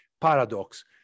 paradox